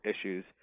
issues